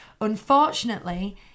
Unfortunately